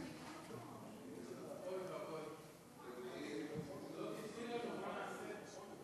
אוי ואבוי, לא תיתני לנו, מה נעשה?